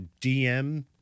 DM